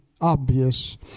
obvious